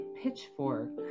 pitchfork